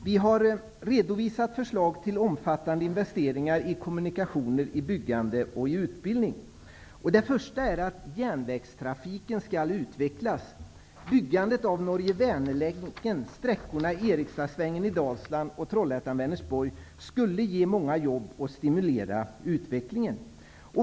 Vi har redovisat förslag till omfattande investeringar i kommunikationer, i byggande och i utbildning. Det första är att järnvägstrafiken skall utvecklas. Trollhättan--Vänersborg skulle ge många jobb och stimulera utvecklingen.